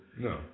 No